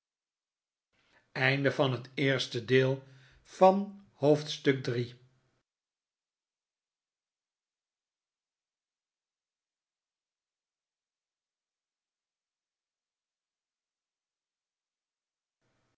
oosten van het westen van het